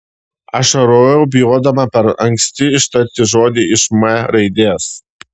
ašarojau bijodama per anksti ištarti žodį iš m raidės